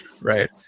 right